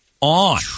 on